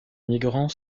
migrants